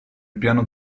piano